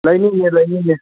ꯂꯩꯅꯤꯌꯦ ꯂꯩꯅꯤꯌꯦ